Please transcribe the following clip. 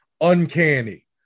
Uncanny